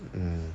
mm